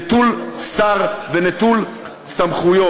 נטול שר ונטול סמכויות.